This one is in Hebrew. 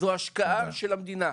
זו השקעה של המדינה.